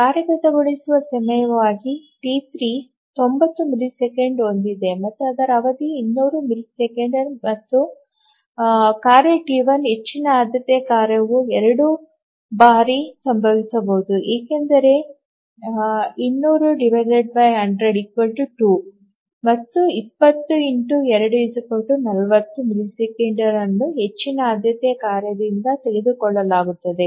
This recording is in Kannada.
ಕಾರ್ಯಗತಗೊಳಿಸುವ ಸಮಯವಾಗಿ ಟಿ3 90 ಮಿಲಿಸೆಕೆಂಡ್ ಹೊಂದಿದೆ ಮತ್ತು ಅದರ ಅವಧಿ 200 ಮಿಲಿಸೆಕೆಂಡ್ ಮತ್ತು ಕಾರ್ಯ ಟಿ1 ಹೆಚ್ಚಿನ ಆದ್ಯತೆಯ ಕಾರ್ಯವು ಎರಡು ಬಾರಿ ಸಂಭವಿಸಬಹುದು ಏಕೆಂದರೆ ⌈200150⌉2 ಮತ್ತು 20 2 40 ಮಿಲಿಸೆಕೆಂಡ್ ಅನ್ನು ಹೆಚ್ಚಿನ ಆದ್ಯತೆಯ ಕಾರ್ಯದಿಂದ ತೆಗೆದುಕೊಳ್ಳಲಾಗುತ್ತದೆ